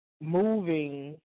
moving